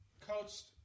coached